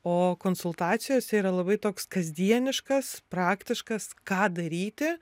o konsultacijose yra labai toks kasdieniškas praktiškas ką daryti